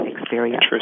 experience